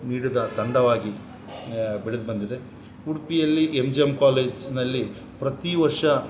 ನೀಡಿದ ತಂಡವಾಗಿ ಬೆಳೆದ ಬಂದಿದೆ ಉಡುಪಿಯಲ್ಲಿ ಎಮ್ ಜಿ ಎಮ್ ಕಾಲೇಜ್ನಲ್ಲಿ ಪ್ರತಿ ವರ್ಷ